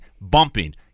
bumping